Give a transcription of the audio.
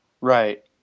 Right